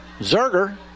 Zerger